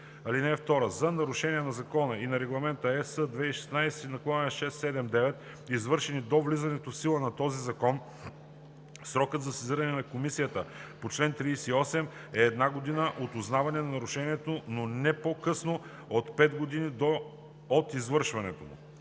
ред. (2) За нарушения на закона и на Регламент (ЕС) 2016/679, извършени до влизането в сила на този закон, срокът за сезиране на комисията по чл. 38 е една година от узнаване на нарушението, но не по-късно от пет години от извършването му.“